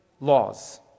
laws